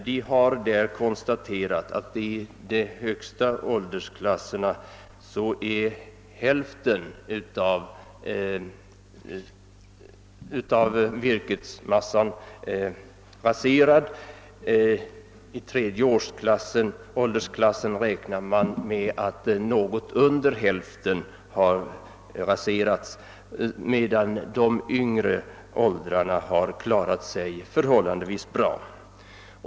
Det har därvid konstaterats att i de högsta åldersklasserna har hälften av virkesmassan blivit raserad. I den tredje åldersklassen räknar man med att något under hälften har raserats, medan de yngre åldrarna klarat sig förhållandevis bra.